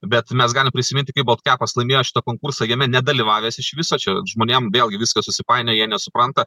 bet mes galim prisiminti kaip baltkiapas laimėjo šitą konkursą jame nedalyvavęs iš viso čia žmonėm vėlgi viskas susipainioja jie nesupranta